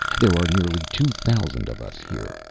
there are nearly two thousand of us here.